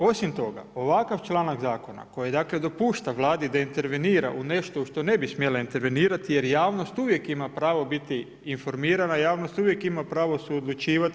Dakle, osim toga ovakav članak zakona koji dakle dopušta Vladi da intervenira u nešto u što ne bi smjela intervenirati jer javnost uvijek ima pravo biti informirana, javnost uvijek ima suodlučivati.